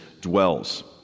dwells